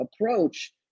approach